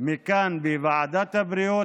מכאן בוועדת הבריאות.